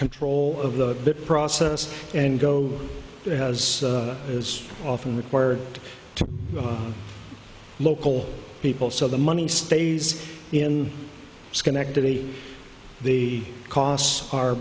control of that process and go as is often required to local people so the money stays in schenectady the costs are